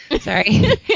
sorry